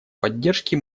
поддержке